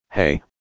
hey